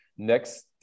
next